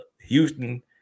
Houston